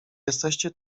jesteście